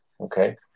okay